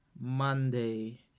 Monday